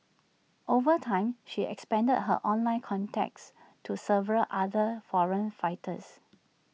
over time she expanded her online contacts to several other foreign fighters